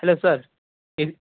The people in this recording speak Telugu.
హలో సార్ ఏం